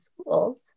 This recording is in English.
schools